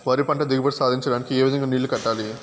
వరి పంట దిగుబడి సాధించడానికి, ఏ విధంగా నీళ్లు కట్టాలి?